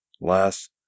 Less